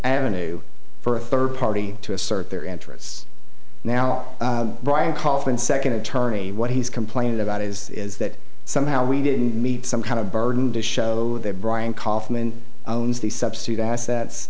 avenue for a third party to assert their interests now brian kaufman second attorney what he's complained about is is that somehow we didn't meet some kind of burden to show that brian kaufman owns these substitute assets